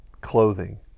clothing